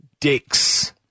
dicks